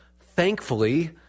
Thankfully